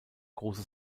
große